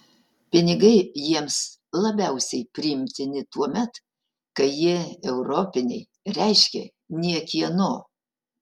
pinigai jiems labiausiai priimtini tuomet kai jie europiniai reiškia niekieno